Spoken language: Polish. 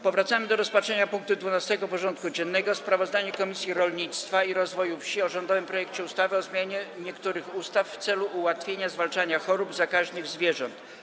Powracamy do rozpatrzenia punktu 12. porządku dziennego: Sprawozdanie Komisji Rolnictwa i Rozwoju Wsi o rządowym projekcie ustawy o zmianie niektórych ustaw w celu ułatwienia zwalczania chorób zakaźnych zwierząt.